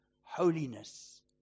holiness